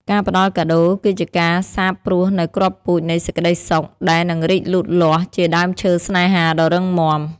ការផ្ដល់កាដូគឺជាការសាបព្រោះនូវគ្រាប់ពូជនៃសេចក្ដីសុខ ដែលនឹងរីកលូតលាស់ជាដើមឈើស្នេហាដ៏រឹងមាំ។